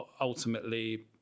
Ultimately